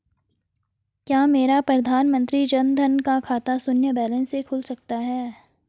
क्या मेरा प्रधानमंत्री जन धन का खाता शून्य बैलेंस से खुल सकता है?